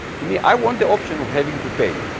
to me i want the option of having to pay,